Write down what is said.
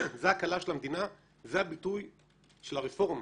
זאת הקלה של המדינה וזה הביטוי של הרפורמה,